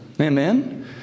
Amen